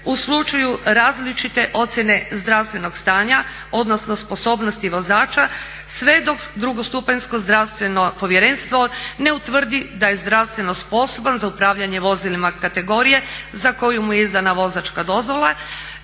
u slučaju različite ocjene zdravstvenog stanja odnosno sposobnosti vozača sve dok drugostupanjsko zdravstveno povjerenstvo ne utvrdi da je zdravstveno sposoban za upravljanje vozilima kategorije za koju mu je izdana vozačka dozvola,